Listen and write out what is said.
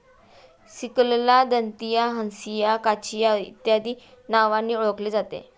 सिकलला दंतिया, हंसिया, काचिया इत्यादी नावांनी ओळखले जाते